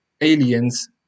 aliens